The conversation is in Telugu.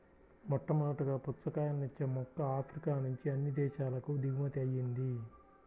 మొట్టమొదటగా పుచ్చకాయలను ఇచ్చే మొక్క ఆఫ్రికా నుంచి అన్ని దేశాలకు దిగుమతి అయ్యింది